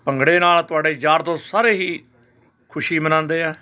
ਭੰਗੜੇ ਨਾਲ ਤੁਹਾਡੇ ਯਾਰ ਦੋਸਤ ਸਾਰੇ ਹੀ ਖੁਸ਼ੀ ਮਨਾਉਂਦੇ ਆ